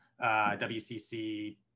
WCC